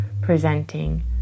presenting